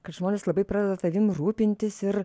kad žmonės labai pradeda tavim rūpintis ir